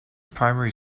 primary